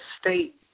state